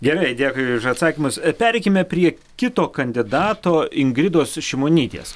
gerai dėkui už atsakymus e pereikime prie kito kandidato ingridos šimonytės